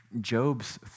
Job's